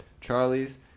Charlie's